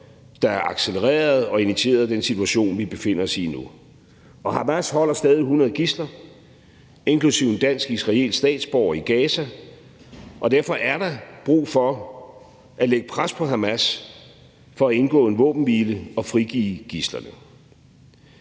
der accelererede og initierede den situation, vi befinder os i nu. Hamas holder stadig 100 gidsler, inklusive en dansk-israelsk statsborger, i Gaza, og derfor er der brug for at lægge pres på Hamas for at indgå en våbenhvile og frigive gidslerne.